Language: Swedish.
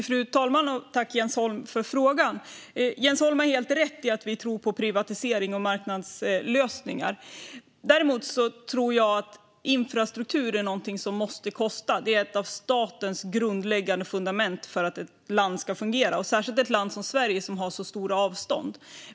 Fru talman! Tack, Jens Holm, för frågan! Jens Holm har helt rätt i att vi tror på privatisering och marknadslösningar. Jag tror att infrastruktur är något som måste få kosta. Det är ett av statens grundläggande fundament för att ett land ska fungera, särskilt ett land som Sverige, som har så stora avstånd.